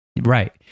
Right